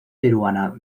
peruana